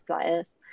players